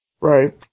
Right